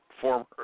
former